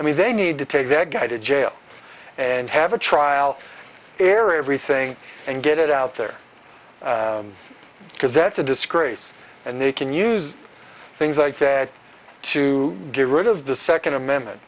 i mean they need to take their guy to jail and have a trial error everything and get it out there because that's a disgrace and they can use things like that to get rid of the second amendment